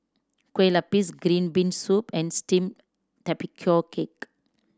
kue lupis green bean soup and steamed tapioca cake